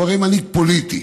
הוא הרי מנהיג פוליטי,